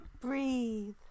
Breathe